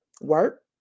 Work